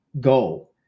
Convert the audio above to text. Go